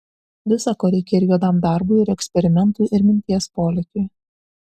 visa ko reikia ir juodam darbui ir eksperimentui ir minties polėkiui